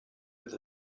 with